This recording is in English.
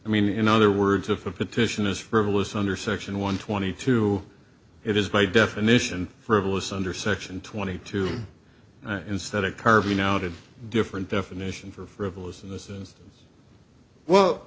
i mean in other words if a petition is frivolous under section one twenty two it is by definition frivolous under section twenty two instead of carving out a different definition for frivolous in